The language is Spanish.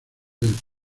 del